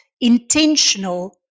intentional